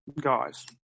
guys